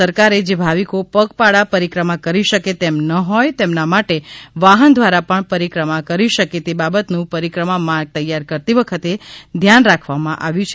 સરકારે જે ભાવિકો પગપાળા પરિક્રમા કરી શકે તેમ ન હોય તેમના માટે વાહન દ્વારા પણ પરિક્રમા કરી શ કે તે બાબતનું પરિક્રમા માર્ગ તૈયાર કરતી વખતે ધ્યાન રાખવામાં આવ્યું છે